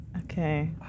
Okay